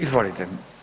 Izvolite.